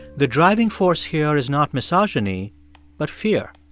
the driving force here is not misogyny but fear.